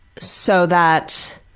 so that